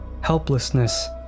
Helplessness